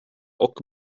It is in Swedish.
och